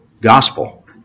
gospel